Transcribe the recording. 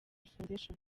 foundation